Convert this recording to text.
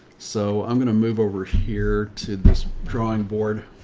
so i'm going to move over here to this drawing board.